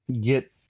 get